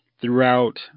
throughout